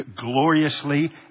Gloriously